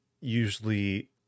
usually